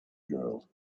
girl